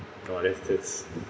oh that's that's